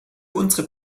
unsere